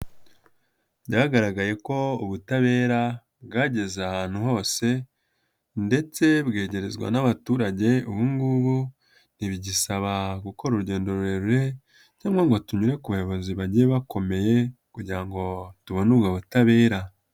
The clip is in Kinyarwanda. Byagaragaye ko ubutabera bwageze ahantu hose ndetse bwegerezwa n'abaturage, ubungubu ntibidusaba gukora urugendo rurerure cyangwa ngo tunyure ku bayobozi bagiye bakomeye kugira ngo tubone ubwo butabera.